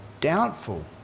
doubtful